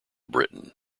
britain